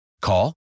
Call